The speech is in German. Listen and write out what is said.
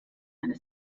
eine